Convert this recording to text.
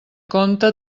compte